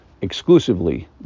exclusively